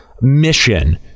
mission